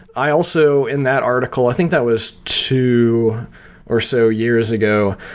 i also in that article, i think that was two or so years ago,